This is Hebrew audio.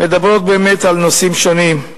מדברות באמת על נושאים שונים,